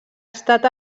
estat